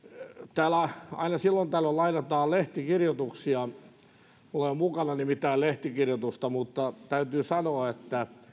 täällä aina silloin tällöin lainataan lehtikirjoituksia minulla ei ole mukanani mitään lehtikirjoitusta mutta täytyy sanoa että